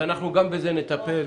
אנחנו גם בזה נטפל,